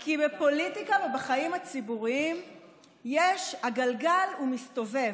כי בפוליטיקה ובחיים הציבוריים הגלגל מסתובב.